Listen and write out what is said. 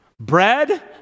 Bread